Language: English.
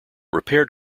repaired